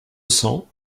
cents